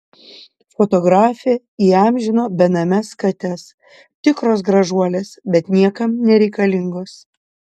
fotografė įamžino benames kates tikros gražuolės bet niekam nereikalingos